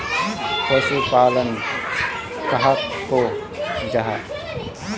पशुपालन कहाक को जाहा?